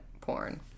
porn